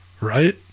right